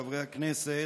חברי הכנסת,